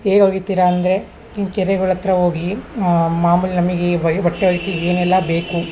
ಹೇಗೆ ಒಗಿತೀರಾ ಅಂದರೆ ಕೆರೆಗಳ್ ಹತ್ರ ಹೋಗಿ ಮಾಮೂಲಿ ನಮಗೆ ಈ ಬ ಬಟ್ಟೆ ಒಗಿಯಕ್ಕೆ ಏನಲ್ಲ ಬೇಕು